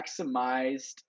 maximized